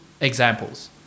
examples